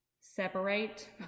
separate